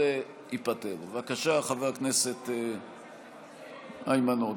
בבקשה, חבר הכנסת איימן עודה.